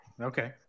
Okay